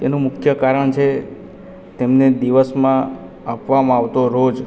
તેનું મુખ્ય કારણ છે તેમને દિવસમાં આપવામાં આવતો રોજ